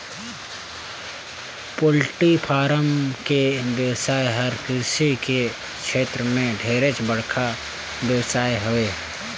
poultry farm के बेवसाय हर कृषि के छेत्र में ढेरे बड़खा बेवसाय हवे